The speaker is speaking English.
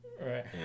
Right